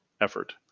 effort